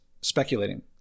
speculating